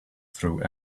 through